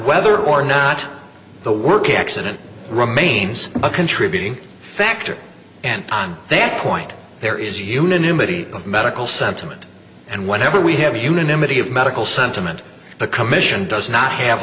whether or not the work accident remains a contributing factor and on that point there is unanimity of medical sentiment and whenever we have unanimity of medical sentiment the commission does not have